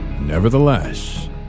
Nevertheless